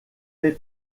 fait